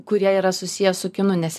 kurie yra susiję su kinu nes